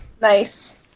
Nice